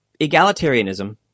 egalitarianism